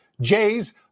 Jays